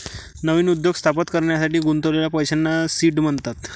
नवीन उद्योग स्थापित करण्यासाठी गुंतवलेल्या पैशांना सीड म्हणतात